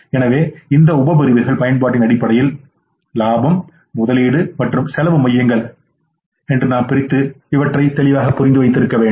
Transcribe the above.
எனவே இந்த உப பிரிவுகளின் பயன்பாட்டின் அடிப்படையில் லாபம் முதலீட்டு மற்றும் செலவு மையங்கள் நாம் மிகவும் தெளிவாக இருக்க வேண்டும்